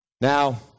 Now